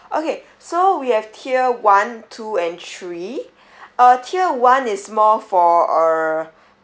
okay so we have tier one two and three uh tier one is more for err